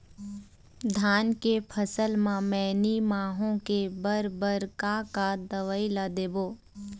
धान के फसल म मैनी माहो के बर बर का का दवई ला देबो?